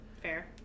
Fair